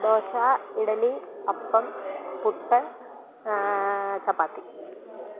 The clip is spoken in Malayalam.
ദോശ ഇഡലി അപ്പം പുട്ട് ചപ്പാത്തി